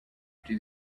into